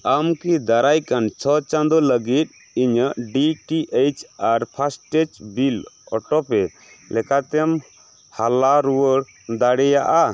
ᱟᱢ ᱠᱤ ᱫᱟᱨᱟᱭ ᱠᱟᱱ ᱪᱷᱚ ᱪᱟᱸᱫᱳ ᱞᱟ ᱜᱤᱫ ᱤᱧᱟᱹᱜ ᱰᱤ ᱴᱤ ᱮᱭᱤᱪ ᱟᱨ ᱯᱷᱟᱥᱴᱮᱜᱽ ᱵᱤᱞ ᱳᱴᱳ ᱯᱮ ᱞᱮᱠᱟᱛᱮᱢ ᱦᱟᱞᱟ ᱨᱩᱣᱟᱹᱲ ᱫᱟᱲᱮᱭᱟᱜᱼᱟ